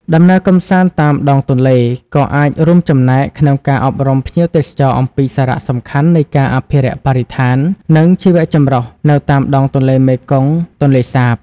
ដំណើរកម្សាន្តតាមដងទន្លេ ក៏អាចរួមចំណែកក្នុងការអប់រំភ្ញៀវទេសចរអំពីសារៈសំខាន់នៃការអភិរក្សបរិស្ថាន និងជីវចម្រុះនៅតាមដងទន្លេមេគង្គ-ទន្លេសាប។